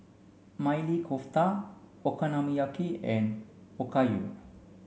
Maili Kofta Okonomiyaki and Okayu